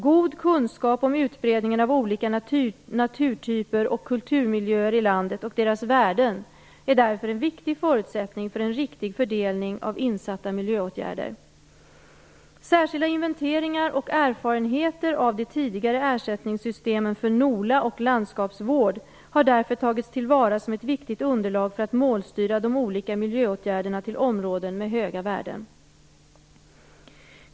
God kunskap om utbredningen av olika naturtyper och kulturmiljöer i landet och deras värden är därför en viktig förutsättning för en riktig fördelning av insatta miljöåtgärder. Särskilda inventeringar och erfarenheter av de tidigare ersättningssystemen för NOLA och landskapsvård har därför tagits till vara som ett viktigt underlag för att målstyra de olika miljöåtgärderna till områden med höga värden.